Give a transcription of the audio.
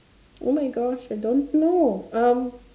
oh my gosh I don't know um